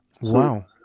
Wow